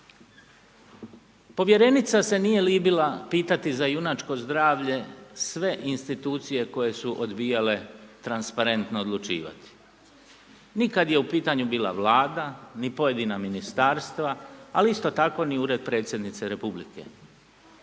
Povjerenica se nije libila pitati za junačko zdravlje sve institucije koje su odbijale transparentno odlučivati ni kada je u pitanju bila Vlada ni pojedina ministarstva, ali isto tako ni Ured predsjednice Republike.